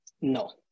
No